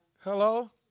Hello